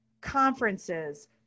conferences